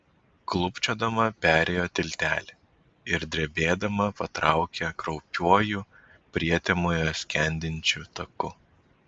klūpčiodama perėjo tiltelį ir drebėdama patraukė kraupiuoju prietemoje skendinčiu taku